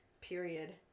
period